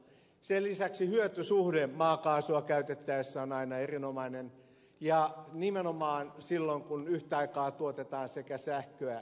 sen lisäksi hyötysuhde maakaasua käytettäessä on aina erinomainen ja nimenomaan silloin kun yhtä aikaa tuotetaan sekä sähköä että lämpöä